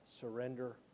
surrender